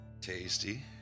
Tasty